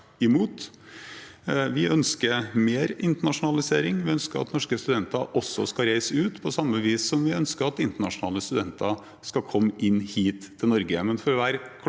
Vi ønsker mer internasjonalisering, vi ønsker at norske studenter skal reise ut, på samme vis som vi ønsker at internasjonale studenter skal komme hit til Norge.